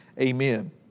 Amen